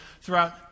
throughout